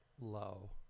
low